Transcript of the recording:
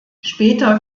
später